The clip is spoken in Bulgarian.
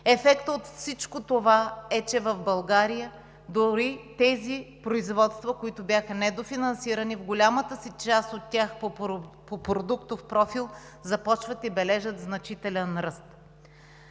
Ефектът от всичко това е, че в България дори тези производства, които бяха недофинансирани в голямата си част по продуктов профил, започват и бележат значителен ръст.